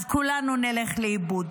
אז כולנו נלך לאיבוד.